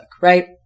right